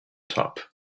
top